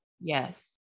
Yes